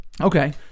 okay